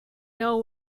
know